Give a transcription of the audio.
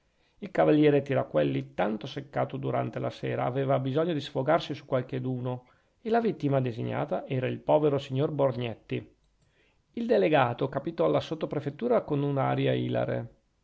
il cavaliere tiraquelli tanto seccato durante la sera aveva bisogno di sfogarsi su qualcheduno e la vittima designata era il povero signor borgnetti il delegato capitò alla sottoprefettura con un'aria ilare